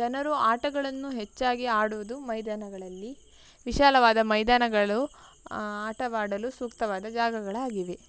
ಜನರು ಆಟಗಳನ್ನು ಹೆಚ್ಚಾಗಿ ಆಡುವುದು ಮೈದಾನಗಳಲ್ಲಿ ವಿಶಾಲವಾದ ಮೈದಾನಗಳು ಆಟವಾಡಲು ಸೂಕ್ತವಾದ ಜಾಗಗಳಾಗಿವೆ